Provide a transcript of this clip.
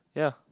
yeah